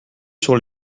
sur